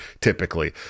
typically